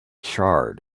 charred